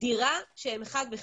דירה של אחד בחדר.